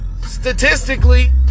Statistically